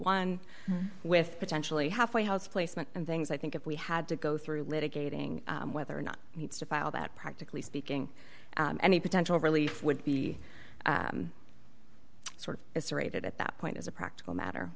one with potentially halfway house placement and things i think if we had to go through litigating whether or not to file that practically speaking any potential relief would be sort of it's rated at that point as a practical matter